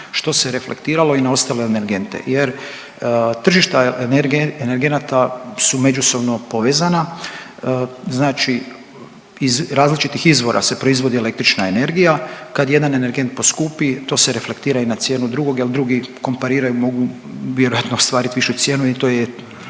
što se reflektiralo i na ostale energente jer tržišta energenata su međusobno povezana, znači iz različitih izvora se proizvodi električna energija, kad jedan energent poskupi, to se reflektira i na cijenu drugog je drugi kompariraju i mogu vjerojatno ostvariti višu cijenu jer to je